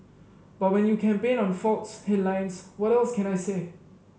but when you campaign on faults headlines what else can I say